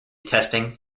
testing